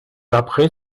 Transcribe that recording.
après